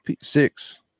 six